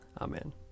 Amen